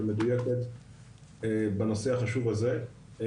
ומדוייקת בנושא החשוב הזה.